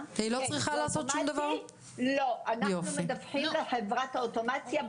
השעה 12:20. דיון יזום שביקשה ועדת העבודה והרווחה,